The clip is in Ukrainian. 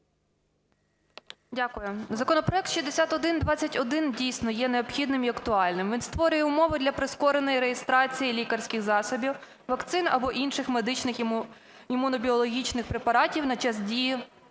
Дякую. Законопроект 6121, дійсно, є необхідним і актуальним. Він створює умови для прискореної реєстрації лікарських засобів, вакцин або інших медичних імунобіологічних препаратів на час дії